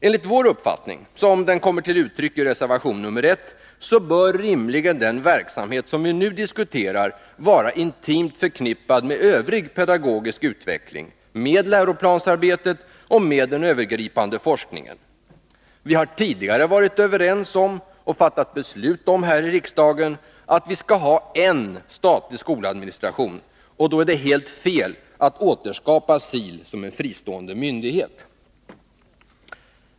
Enligt vår uppfattning, som den kommer till uttryck i reservation 1, bör rimligen den verksamhet som vi nu diskuterar vara intimt förknippad med övrig pedagogisk utveckling, med läroplansarbetet och med den övergripande forskningen. Vi har tidigare varit överens om, och fattat beslut om här i riksdagen, att vi skall ha en statlig skoladministration, och då är det helt fel att återskapa SIL som en fristående myndighet.